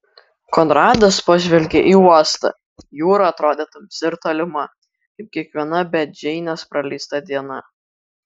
konradas pažvelgė į uostą jūra atrodė tamsi ir tolima kaip kiekviena be džeinės praleista diena